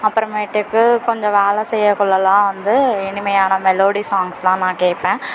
அப்புறமேட்டுக்கு கொஞ்சம் வேலை செய்யக்குள்ளேலாம் வந்து இனிமையான மெலோடி சாங்ஸ் தான் நான் கேட்பேன்